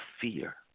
fear